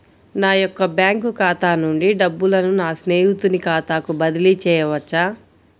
నా యొక్క బ్యాంకు ఖాతా నుండి డబ్బులను నా స్నేహితుని ఖాతాకు బదిలీ చేయవచ్చా?